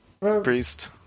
Priest